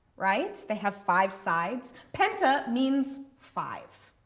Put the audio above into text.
right? they have five sides. penta means five.